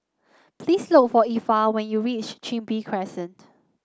please look for Effa when you reach Chin Bee Crescent